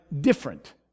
different